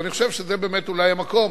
ואני חושב שזה באמת אולי המקום,